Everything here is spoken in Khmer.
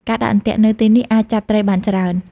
ការដាក់អន្ទាក់នៅទីនេះអាចចាប់ត្រីបានច្រើន។